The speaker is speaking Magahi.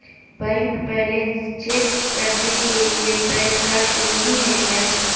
बैंक बैलेंस चेक करने के लिए पैन कार्ड जरूरी है क्या?